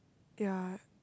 ya